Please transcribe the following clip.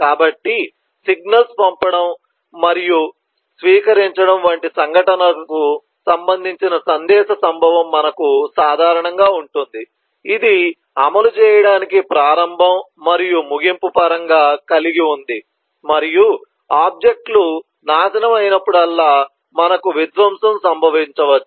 కాబట్టి సిగ్నల్స్ పంపడం మరియు స్వీకరించడం వంటి సంఘటనలకు సంబంధించిన సందేశ సంభవం మనకు సాధారణంగా ఉంటుంది ఇది అమలు చేయడానికి ప్రారంభం మరియు ముగింపు పరంగా కలిగి ఉంది మరియు ఆబ్జెక్ట్ లు నాశనం అయినప్పుడల్లా మనకు విధ్వంసం సంభవించవచ్చు